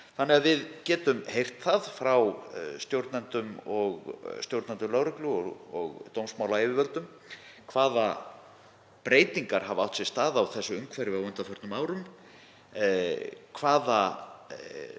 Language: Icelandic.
þannig að við getum heyrt það frá stjórnendum lögreglu og dómsmálayfirvöldum hvaða breytingar hafa átt sér stað á þessu umhverfi á undanförnum árum, séð hvaða tillögur